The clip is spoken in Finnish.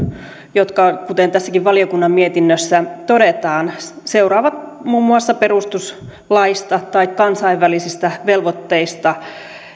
jotka kuten tässäkin valiokunnan mietinnössä todetaan seuraavat muun muassa perustuslaista tai kansainvälisistä velvoitteista